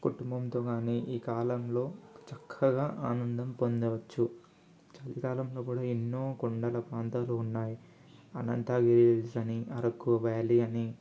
కుటుంబంతో కానీ ఈ కాలంలో చక్కగా ఆనందం పొందవచ్చు చలికాలంలో కూడా ఎన్నో కొండల ప్రాంతాలు ఉన్నాయి అనంతగిరి హిల్స్ అని అరకు వ్యాలీ అని